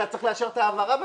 אתה צריך לאשר את ההעברה בסוף.